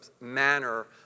manner